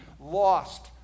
Lost